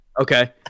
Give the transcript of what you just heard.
Okay